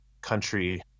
country